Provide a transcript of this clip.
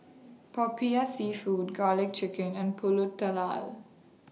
Popiah Seafood Garlic Chicken and Pulut Tatal